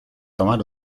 tomar